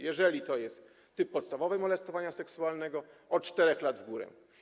Jeżeli to jest typ podstawowy molestowania seksualnego, od 4 lat w górę.